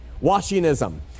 Washing-ism